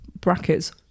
brackets